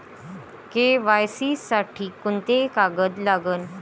KYC साठी कोंते कागद लागन?